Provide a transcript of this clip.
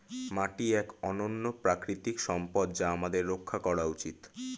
মাটি এক অনন্য প্রাকৃতিক সম্পদ যা আমাদের রক্ষা করা উচিত